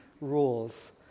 rules